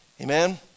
Amen